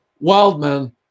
Wildman